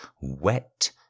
wet